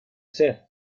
ser